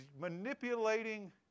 manipulating